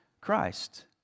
Christ